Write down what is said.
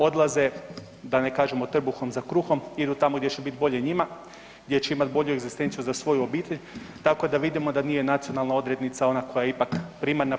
Odlaze da ne kažemo trbuhom za kruhom, idu tamo gdje će biti bolje njima, gdje će imati bolju egzistenciju za svoju obitelj, tako da vidimo da nije nacionalna odrednica ona koja je ipak primarna.